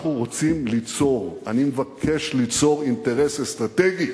אנחנו רוצים ליצור, אני מבקש ליצור אינטרס אסטרטגי